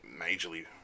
majorly